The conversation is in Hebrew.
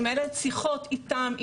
אני מנהלת שיחות איתם,